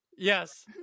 Yes